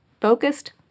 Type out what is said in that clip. focused